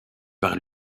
par